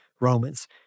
Romans